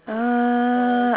uh